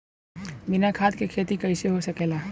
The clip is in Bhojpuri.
बिना खाद के खेती कइसे हो सकेला?